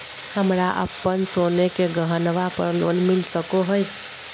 हमरा अप्पन सोने के गहनबा पर लोन मिल सको हइ?